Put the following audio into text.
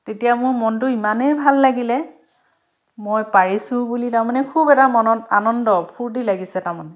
তেতিয়া মোৰ মনটো ইমানেই ভাল লাগিলে মই পাৰিছোঁ বুলি তাৰ মানে খুব এটা মনত আনন্দ ফূৰ্তি লাগিছে তাৰ মানে